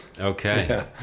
Okay